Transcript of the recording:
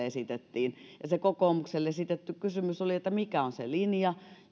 esitettiin ja se kokoomukselle esitetty kysymys oli mikä on se linja